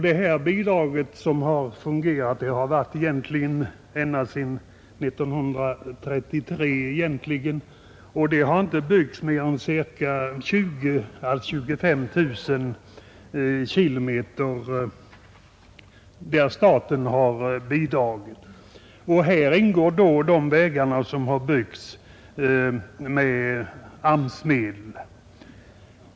De bidrag som förekommit har utgått egentligen ända sedan 1933, men det har inte byggts mera än 20 000—25 000 km vägar med statliga bidrag. Häri ingår då de vägar som har byggts med AMS-medel.